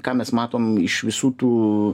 ką mes matom iš visų tų